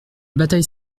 bataille